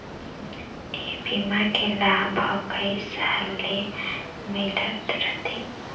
ए बीमा के लाभ ह कइ साल ले मिलत रथे